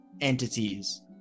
entities